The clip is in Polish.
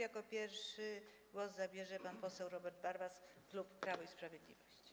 Jako pierwszy głos zabierze pan poseł Robert Warwas, klub Prawo i Sprawiedliwość.